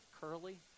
Curly